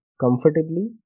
comfortably